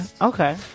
okay